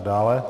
Dále.